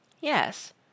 Yes